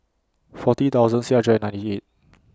forty thousand six hundred and ninety eight